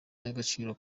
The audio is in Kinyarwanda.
y’agaciro